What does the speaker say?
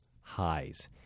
highs